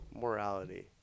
morality